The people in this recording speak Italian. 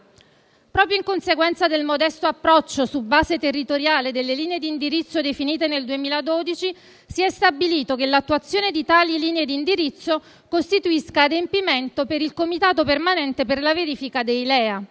Proprio in conseguenza del modesto approccio, su base territoriale, delle linee d'indirizzo definite nel 2012, si è stabilito che la loro attuazione costituisca adempimento per il comitato permanente per la verifica